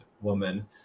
woman